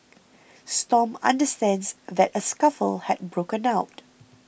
Stomp understands that a scuffle had broken out